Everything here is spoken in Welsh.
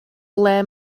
ble